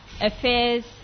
affairs